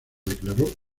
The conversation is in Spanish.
declaró